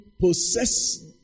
Possess